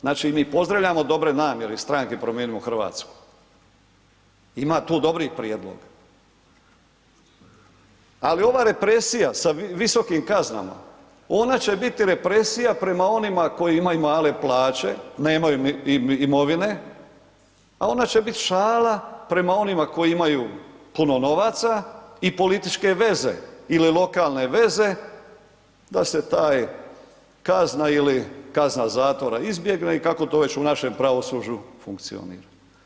Znači, mi pozdravljamo dobre namjere iz Stranke promijenimo Hrvatsku, ima tu dobrih prijedloga, ali ova represija sa visokim kaznama ona će biti represija prema onima koji imaju male plaće, nemaju imovine, a ona će bit šala prema onima koji imaju puno novaca i političke veze ili lokalne veze da se taj kazna ili kazna zatvora izbjegne i kako to već u našem pravosuđu funkcionira.